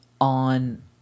on